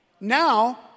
Now